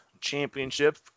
Championship